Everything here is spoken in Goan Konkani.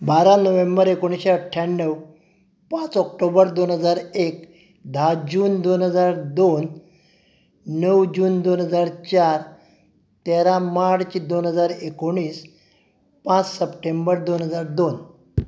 बारा नोव्हेंबर एकोणीशे अठ्ठ्याण्णव पांच ऑक्टोबर दोन हजार एक धा जून दोन हजार दोन णव जून दोन हजार चार तेरा मार्च दोन हजार एकोणीस पांच सप्टेंबर दोन हजार दोन